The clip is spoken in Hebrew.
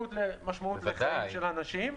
משמעות לחיים של אנשים,